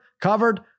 covered